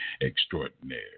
Extraordinaire